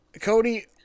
Cody